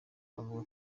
avuga